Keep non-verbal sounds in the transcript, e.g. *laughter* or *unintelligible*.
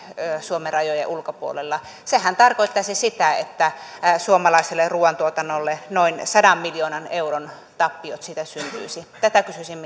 suomen rajojen ulkopuolella sehän tarkoittaisi sitä että siitä syntyisi suomalaiselle ruuantuotannolle noin sadan miljoonan euron tappiot tätä kysyisin *unintelligible*